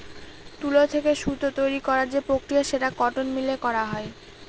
তুলা থেকে সুতা তৈরী করার যে প্রক্রিয়া সেটা কটন মিলে করা হয়